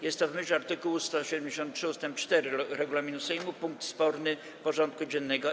Jest to w myśl art. 173 ust. 4 regulaminu Sejmu punkt sporny porządku dziennego.